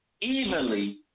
evenly